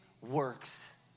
works